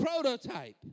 prototype